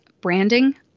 branding